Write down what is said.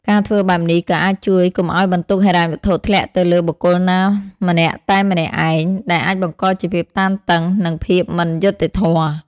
ការធ្វើបែបនេះ ក៏អាចជួយកុំឱ្យបន្ទុកហិរញ្ញវត្ថុធ្លាក់ទៅលើបុគ្គលណាម្នាក់តែម្នាក់ឯង ដែលអាចបង្កជាភាពតានតឹង និងភាពមិនយុត្តិធម៌។